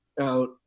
out